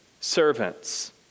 Servants